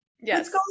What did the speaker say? Yes